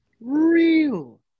Real